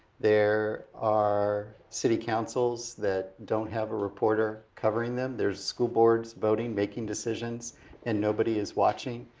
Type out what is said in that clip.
there are city councils that don't have a reporter covering them. there's school boards voting, making decisions and nobody is watching.